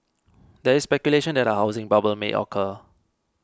there is speculation that a housing bubble may occur